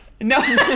No